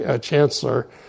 chancellor